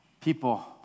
people